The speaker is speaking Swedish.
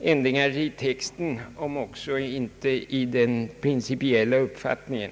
ändringar i texten, om också inte i den principiella uppfattningen.